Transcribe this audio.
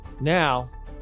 Now